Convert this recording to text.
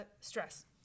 stress